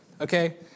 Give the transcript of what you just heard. okay